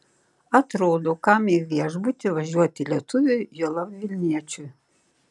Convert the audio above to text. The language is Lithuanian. atrodo kam į viešbutį važiuoti lietuviui juolab vilniečiui